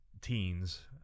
teens